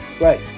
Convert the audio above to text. Right